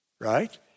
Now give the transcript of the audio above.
right